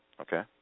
Okay